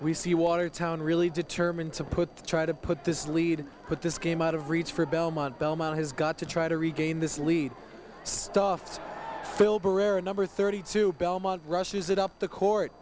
we see watertown really determined to put try to put this lead put this game out of reach for belmont belmont has got to try to regain this lead stuffs filburn number thirty two belmont rushes it up the court